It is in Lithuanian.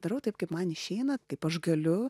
darau taip kaip man išeina kaip aš galiu